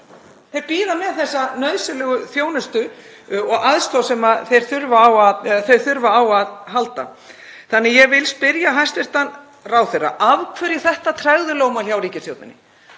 Þeir bíða með þessa nauðsynlegu þjónustu og aðstoð sem þeir þurfa á að halda. Þannig að ég vil spyrja hæstv. ráðherra: Af hverju þetta tregðulögmál hjá ríkisstjórninni?